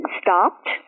stopped